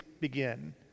begin